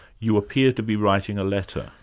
you appear to be writing a letter,